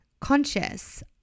conscious